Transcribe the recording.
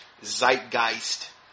zeitgeist